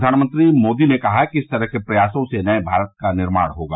प्रधानमंत्री मोदी ने कहा कि इस तरह के प्रयासों से नये भारत का निर्माण होगा